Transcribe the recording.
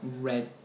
red